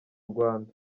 rwanda